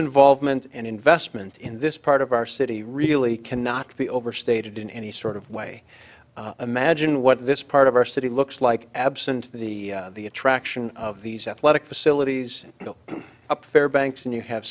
involvement and investment in this part of our city really cannot be overstated in any sort of way imagine what this part of our city looks like absent the the attraction of these athletic facilities up fair banks and you have